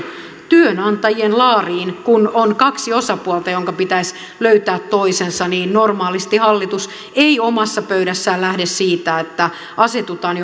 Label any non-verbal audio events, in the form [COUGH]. työnantajien laariin kun on kaksi osapuolta joiden pitäisi löytää toisensa niin normaalisti hallitus ei omassa pöydässään lähde siitä että asetutaan [UNINTELLIGIBLE]